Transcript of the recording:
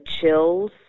chills